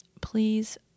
please